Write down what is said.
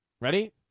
Ready